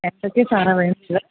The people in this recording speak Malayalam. എന്തൊക്കെയാണ് സാറെ വേണ്ടിയത്